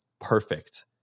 perfect